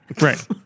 Right